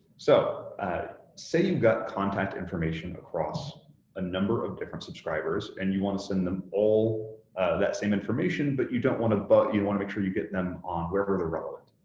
so say you've got contact information across a number of different subscribers and you want to send them all that same information, but you don't want to, but you want to make sure you get them on wherever they're relevant.